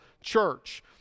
church